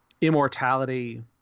immortality